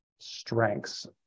strengths